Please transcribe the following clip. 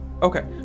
okay